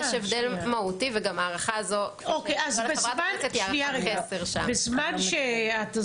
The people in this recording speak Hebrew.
יש הבדל מהותי וגם הערכה זו של חברת הכנסת --- בזמן שתזכיר